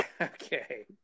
okay